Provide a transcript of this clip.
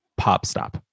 PopStop